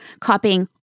copying